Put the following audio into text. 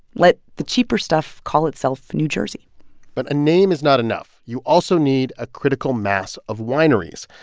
let the cheaper stuff call itself new jersey but a name is not enough. you also need a critical mass of wineries.